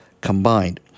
combined